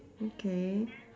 okay